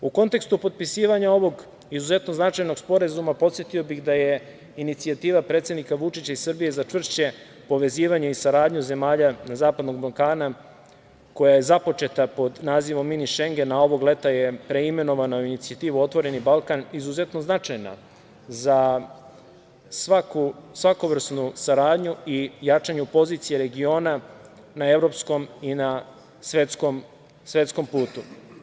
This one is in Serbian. U kontekstu potpisivanja ovog izuzetno značajnog sporazuma, podsetio bih da je inicijativa predsednika Vučića i Srbije za čvršće povezivanje i saradnju zemalja zapadnog Balkana, koja je započeta pod nazivom „Mini šengen“, a ovog leta je preimenovana u inicijativu „Otvoreni Balkan“, izuzetno značajna za svakovrsnu saradnju i jačanju pozicije regiona na evropskom i na svetskom putu.